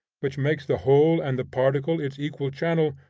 which makes the whole and the particle its equal channel,